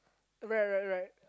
right right right